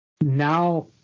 Now